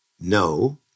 No